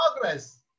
progress